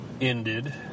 ended